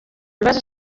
bibazo